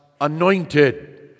anointed